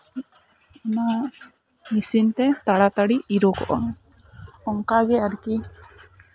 ᱱᱚᱶᱟ ᱢᱤᱥᱤᱱ ᱛᱮ ᱛᱟᱲᱟᱼᱛᱟᱰᱤ ᱤᱨᱳᱜᱚᱜᱼᱟ ᱚᱝᱠᱟᱜᱮ ᱟᱨᱠᱤ